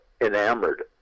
enamored